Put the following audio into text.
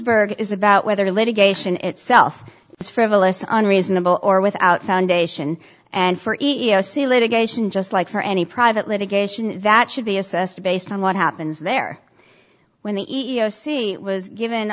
it is about whether litigation itself is frivolous unreasonable or without foundation and for litigation just like for any private litigation that should be assessed based on what happens there when the e yossi was given